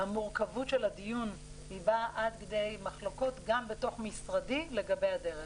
המורכבות של הדיון באה עד כדי מחלוקות גם בתוך משרדי לגבי הדרך.